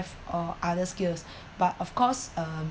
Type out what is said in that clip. or other skills but of course uh